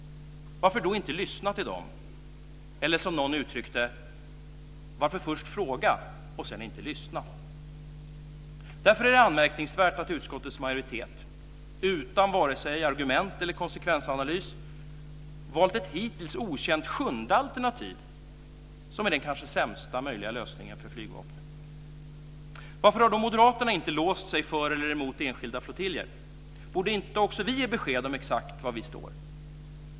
Varför då inte lyssna till den? Eller, som någon uttryckte det, varför först fråga och sedan inte lyssna? Därför är det anmärkningsvärt att utskottets majoritet utan vare sig argument eller konsekvensanalys valt ett hittills okänt sjunde alternativ som är den kanske sämsta möjliga lösningen för Flygvapnet. Varför har då moderaterna inte låst sig för eller emot enskilda flottiljer? Borde inte också vi ge besked om exakt var vi står?